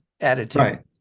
attitude